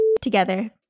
together